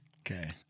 Okay